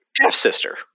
Half-sister